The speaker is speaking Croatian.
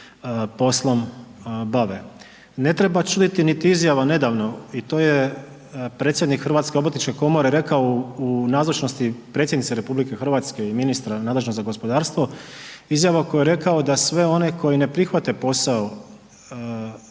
Ne treba čuditi niti izjava nedavno i to je predsjednik Hrvatske obrtničke komore rekao u nazočnosti Predsjednice Republike Hrvatske i ministra nadležnog za gospodarstvo, izjava u kojoj je rekao da sve one koji ne prihvati posao koji